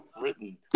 written